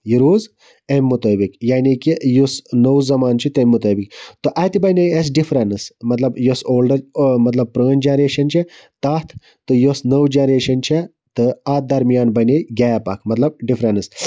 یہِ روٗز امہِ مُطٲبِق یعنے کہِ یُس نوٚو زَمان چھُ تمہِ مُطٲبِق تہٕ اَتہِ بَنے اَسہِ ڈِفرَنس مَطلَب یۄس اولڈ مَطلَب پرٲنٛۍ جَنریشَن چھِ تتھ تہٕ یۄس نٔو جَنریشَن چھِ تہٕ اتھ درمیان بَنے گیپ اکھ مَطلَب ڈِفرَنس